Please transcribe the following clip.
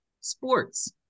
Sports